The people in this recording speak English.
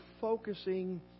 focusing